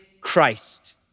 Christ